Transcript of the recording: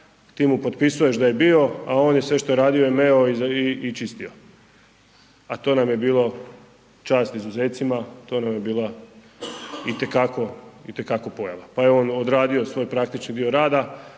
ti mu potpisuješ da je bio, a on sve što je radio je meo i čistio, a to nam je bilo čast izuzecima, to nam je bila itekako, itekako pojava. Pa je on odradio svoj praktični dio rada,